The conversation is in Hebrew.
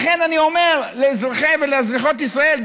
לכן אני אומר לאזרחי ולאזרחיות ישראל,